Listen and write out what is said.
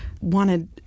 wanted